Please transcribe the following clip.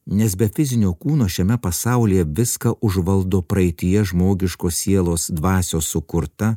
nes be fizinio kūno šiame pasaulyje viską užvaldo praeityje žmogiškos sielos dvasios sukurta